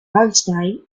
lunchtime